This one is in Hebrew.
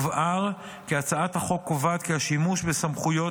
יובהר כי הצעת החוק קובעת כי השימוש בסמכויות